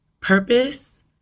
purpose